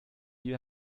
you